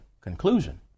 conclusion